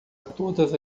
todas